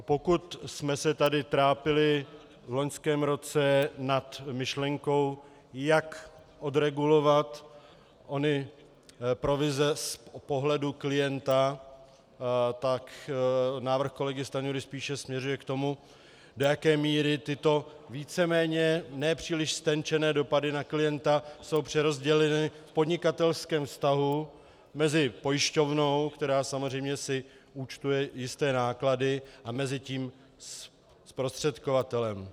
Pokud jsme se tady trápili v loňském roce nad myšlenkou, jak odregulovat ony provize z pohledu klienta, tak návrh kolegy Stanjury spíše směřuje k tomu, do jaké míry tyto víceméně nepříliš ztenčené dopady na klienta jsou přerozděleny v podnikatelském vztahu mezi pojišťovnou, která si samozřejmě účtuje jisté náklady, a tím zprostředkovatelem.